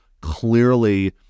clearly